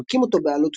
המכים אותו באלות,